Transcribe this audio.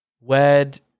WED